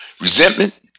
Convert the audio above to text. Resentment